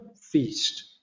feast